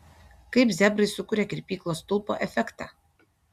kaip zebrai sukuria kirpyklos stulpo efektą